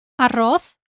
Arroz